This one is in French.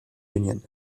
union